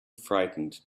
frightened